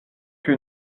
que